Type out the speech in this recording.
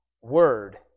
Word